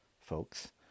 folks